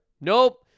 Nope